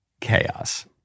chaos